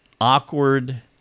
awkward